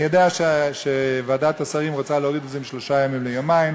אני יודע שוועדת השרים רוצה להוריד את זה משלושה ימים ליומיים.